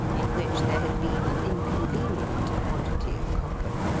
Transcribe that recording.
in which there had been an inconvenient quantity of copper.